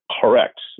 Correct